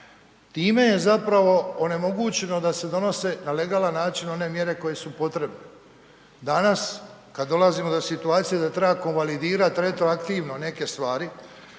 time je zapravo onemogućeno da se donose na legalan način one mjere koje su potrebne. Danas kada dolazimo do situacije da treba konvalidirat retroaktivno neke stvari